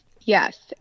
Yes